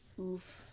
Oof